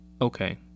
Okay